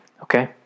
Okay